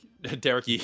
Derek